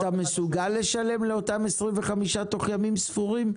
מסוגל לשלם לאותם 25 תוך ימים ספורים?